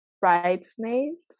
bridesmaids